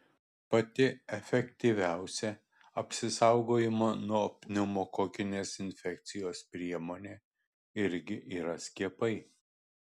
pati efektyviausia apsisaugojimo nuo pneumokokinės infekcijos priemonė irgi yra skiepai